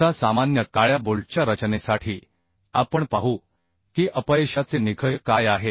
आता सामान्य काळ्या बोल्टच्या रचनेसाठी आपण पाहू की अपयशाचे निकष काय आहेत